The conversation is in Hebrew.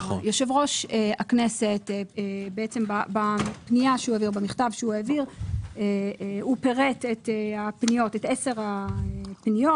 יושב-ראש הכנסת במכתב שהוא העביר פירט את עשר הפניות,